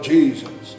Jesus